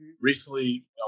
Recently